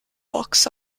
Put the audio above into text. box